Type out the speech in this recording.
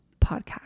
podcast